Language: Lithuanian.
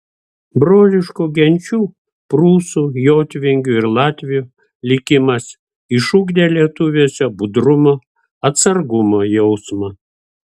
broliškų genčių prūsų jotvingių ir latvių likimas išugdė lietuviuose budrumo atsargumo jausmą